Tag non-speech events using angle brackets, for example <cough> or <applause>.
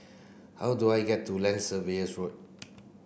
how do I get to Land Surveyors <unintelligible>